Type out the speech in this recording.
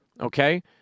Okay